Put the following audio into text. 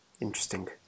Interesting